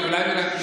של 60 מיליון שקל.